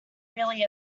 really